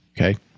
Okay